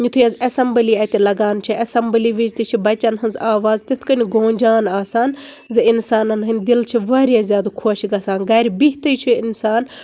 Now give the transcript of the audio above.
یِتھُے حظ اسیمبلی اتہِ لگان چھِ اسیمبلی وِزِ تہِ چھِ بچن ہِنٛز آواز تِتھ کٔنۍ گوٗنجان آسان زِ اِنسانن ہنٛد دِل چھِ واریاہ خۄش گژھان گرٕ بِہتۍ چھُ اِنسان